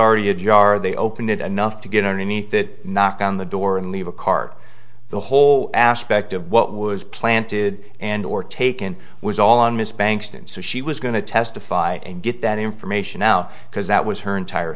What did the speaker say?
already a jar they opened it anough to get underneath that knock on the door and leave a cart the whole aspect of what was planted and or taken was all on his banks and so she was going to testify and get that information now because that was her entire